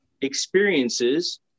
experiences